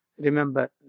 Remember